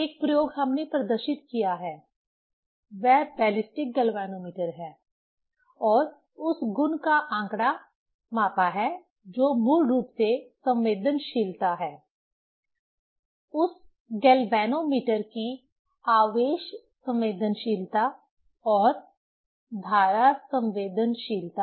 एक प्रयोग हमने प्रदर्शित किया है वह बैलिस्टिक गैल्वेनोमीटर है और उस गुण का आंकड़ा मापा है जो मूल रूप से संवेदनशीलता है उस गैल्वेनोमीटर की आवेश संवेदनशीलता और धारा संवेदनशीलता